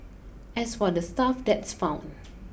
as for the stuff that's found